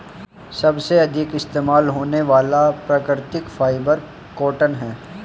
सबसे अधिक इस्तेमाल होने वाला प्राकृतिक फ़ाइबर कॉटन है